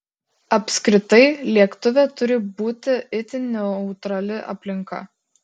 apskritai lėktuve turi būti itin neutrali aplinka